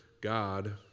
God